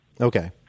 Okay